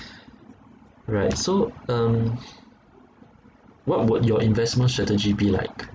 right so um what would your investment strategy be like